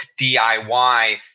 DIY